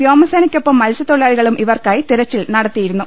വ്യോമസേനക്കൊപ്പം മത്സൃത്തൊഴിലാളികളും ഇവർക്കായി തെരച്ചിൽ നടത്തിയിരുന്നു